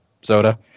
soda